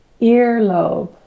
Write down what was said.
earlobe